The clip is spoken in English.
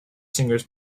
singers